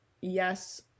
yes